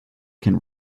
can